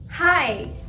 Hi